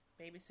Babysit